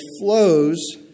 flows